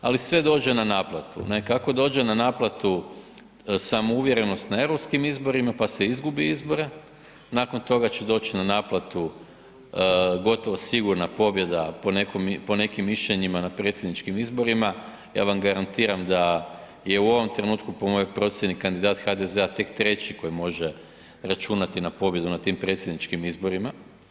Ali sve dođe na naplatu, ne kako dođe na naplatu samouvjerenost na europskim izborima, pa se izgubi izbore, nakon toga će doći na naplatu gotovo sigurna pobjeda po nekim mišljenjima na predsjedničkim izborima, ja vam garantiram da je u ovom trenutku po mojoj procjeni kandidat HDZ-a tek treći koji može računati na pobjedu na tim predsjedničkim izborima.